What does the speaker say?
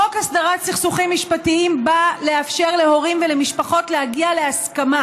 חוק הסדרת סכסוכים משפטיים בא לאפשר להורים ולמשפחות להגיע להסכמה